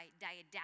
didactic